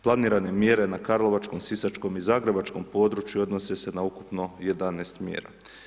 Planirane mjere na karlovačkom, sisačkom i zagrebačkom području odnose se na ukupno 11 mjera.